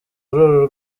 uru